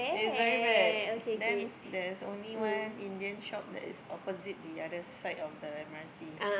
it's very bad then there's only one Indian shop that is opposite the other side of the M_R_T